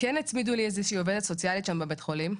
כן הצמידו לי איזו שהיא עובדת סוציאלית שם בבית החולים,